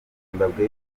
zimbabwe